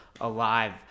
alive